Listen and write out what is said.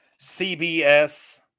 CBS